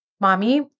Mommy